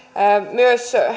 myös